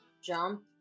Jump